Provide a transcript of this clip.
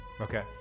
Okay